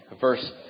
verse